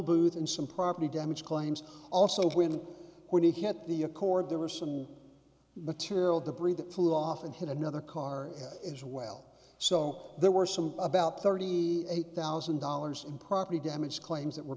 tollbooth and some property damage claims also when we get the accord there were some material debris that fell off and hit another car as well so there were some about thirty eight thousand dollars in property damage claims that were